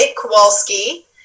Kowalski